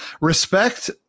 Respect